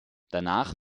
danach